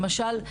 למשל,